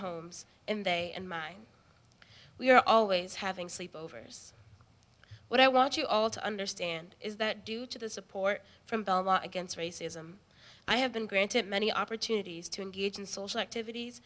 homes and they and mine we're always having sleep overs what i want you all to understand is that due to the support from against racism i have been granted many opportunities to engage in social activities